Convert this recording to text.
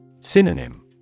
Synonym